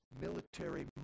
military